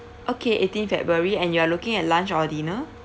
okay eighteenth february and you are looking at lunch or dinner